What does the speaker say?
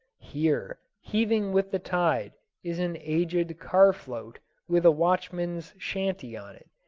here, heaving with the tide, is an aged car-float with a watchman's shanty on it,